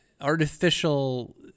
artificial